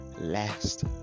last